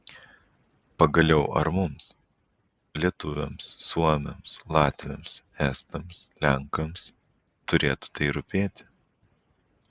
pagaliau ar mums lietuviams suomiams latviams estams lenkams turėtų tai rūpėti